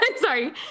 sorry